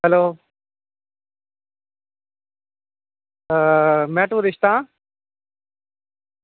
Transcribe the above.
hello आं में tourist आं